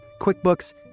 QuickBooks